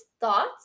thoughts